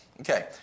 Okay